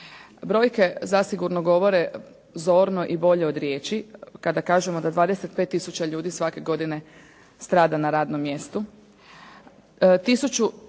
Brojke zasigurno govore zorno i bolje od riječi kada kažemo da 25 tisuća ljudi svake godine strada na radnom mjestu.